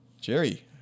Jerry